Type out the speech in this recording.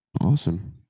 Awesome